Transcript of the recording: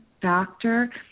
doctor